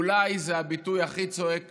אולי זה הביטוי הכי צועק